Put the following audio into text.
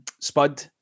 spud